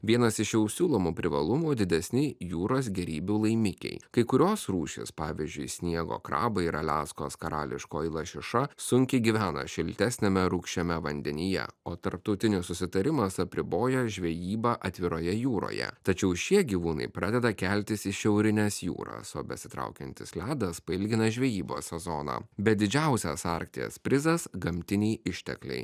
vienas iš jau siūlomų privalumų didesni jūros gėrybių laimikiai kai kurios rūšys pavyzdžiui sniego krabai ir aliaskos karališkoji lašiša sunkiai gyvena šiltesniame rūgščiame vandenyje o tarptautinis susitarimas apriboja žvejybą atviroje jūroje tačiau šie gyvūnai pradeda keltis į šiaurines jūras o besitraukiantis ledas pailgina žvejybos sezoną bet didžiausias arkties prizas gamtiniai ištekliai